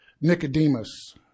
Nicodemus